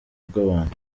bw’abantu